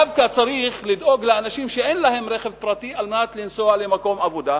דווקא צריך לדאוג לאנשים שאין להם רכב פרטי על מנת לנסוע למקום עבודה.